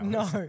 no